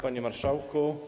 Panie Marszałku!